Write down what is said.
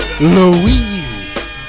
Louis